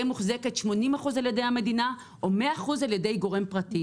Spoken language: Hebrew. מוחזקת 80% על ידי המדינה או 100% על ידי גורם פרטי.